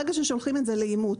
ברגע ששולחים לאימות,